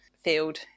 field